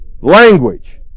language